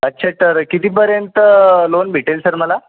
अच्छा तर कितीपर्यंत लोन भेटेल सर मला